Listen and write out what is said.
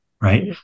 right